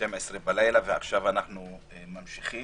24:00 בלילה ועכשיו אנחנו ממשיכים.